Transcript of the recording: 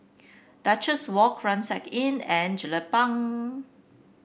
Duchess Walk Rucksack Inn and Jelapang